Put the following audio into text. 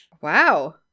Wow